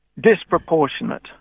disproportionate